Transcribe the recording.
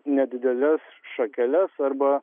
nedideles šakeles arba